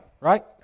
right